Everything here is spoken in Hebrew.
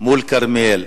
שמול כרמיאל,